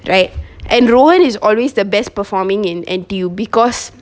right and rowen is always the best performing in N_T_U because